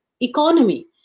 economy